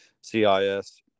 CIS